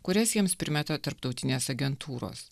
kurias jiems primeta tarptautinės agentūros